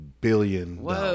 billion